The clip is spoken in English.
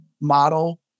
model